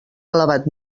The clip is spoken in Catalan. elevat